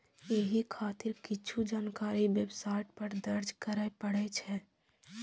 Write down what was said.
एहि खातिर किछु जानकारी वेबसाइट पर दर्ज करय पड़ै छै